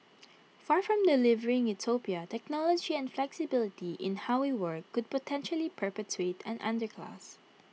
far from delivering utopia technology and flexibility in how we work could potentially perpetuate an underclass